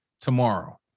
tomorrow